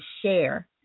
share